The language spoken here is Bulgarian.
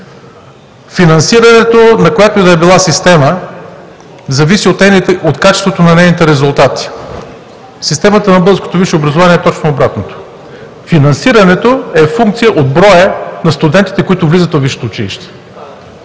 финансирането, на която и да е система, зависи от качеството на нейните резултати. В системата на българското висше образование е точно обратното: финансирането е функция от броя на студентите, които влизат във висшето училище.